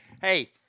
Hey